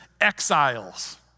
exiles